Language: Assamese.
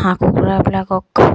হাঁহ কুকুৰাবিলাকক